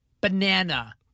banana